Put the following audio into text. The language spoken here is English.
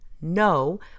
No